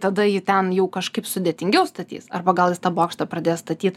tada jį ten jau kažkaip sudėtingiau statys arba gal jis tą bokštą pradės statyt